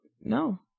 No